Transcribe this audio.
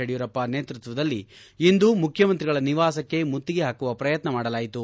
ಯಡಿಯೂರಪ್ಪ ನೇತೃತ್ವದಲ್ಲಿ ಇಂದು ಮುಖ್ಣಮಂತ್ರಿಗಳ ನಿವಾಸಕ್ಕೆ ಮುತ್ತಿಗೆ ಹಾಕುವ ಪ್ರಯತ್ನ ಮಾಡಲಾಯಿತು